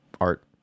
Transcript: Art